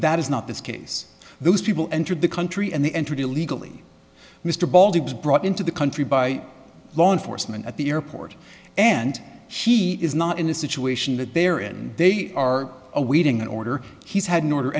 that is not this case those people entered the country and they entered illegally mr ball he was brought into the country by law enforcement at the airport and she is not in a situation that they're in they are awaiting an order he's had an order